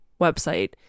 website